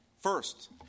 First